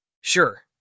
Sure